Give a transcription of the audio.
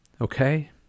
Okay